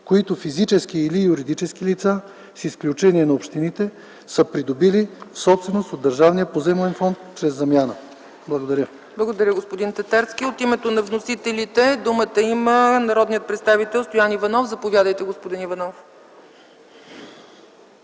които физически или юридически лица, с изключение на общините, са придобили в собственост от държавния поземлен фонд чрез замяна.” Благодаря. ПРЕДСЕДАТЕЛ ЦЕЦКА ЦАЧЕВА: Благодаря, господин Татарски. От името на вносителите има думата народният представител Стоян Иванов. Заповядайте, господин Иванов.